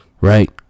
Right